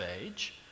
age